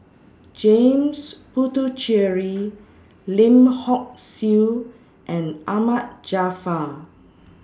James Puthucheary Lim Hock Siew and Ahmad Jaafar